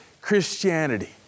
Christianity